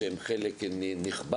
שהם חלק נכבד,